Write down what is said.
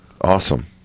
awesome